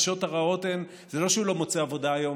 החדשות הרעות הן שזה לא שהוא לא מוצא עבודה היום,